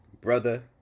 brother